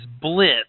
blitz